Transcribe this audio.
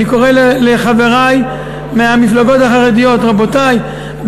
אני קורא לחברי מהמפלגות החרדיות: רבותי,